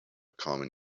common